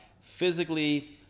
physically